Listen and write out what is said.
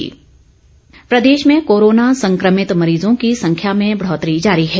Covid update प्रदेश में corona संक्रभित मरीजों की संख्या में बढ़ोतरी जारी है